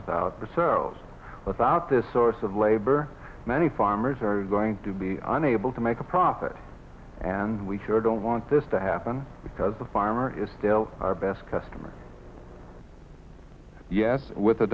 so without this source of labor many farmers are going to be unable to make a profit and we sure don't want this to happen because the farmer is still our best customer yes with a